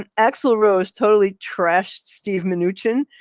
and axl rose totally trashed steve mnuchin.